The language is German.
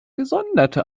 gesonderte